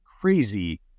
crazy